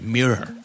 Mirror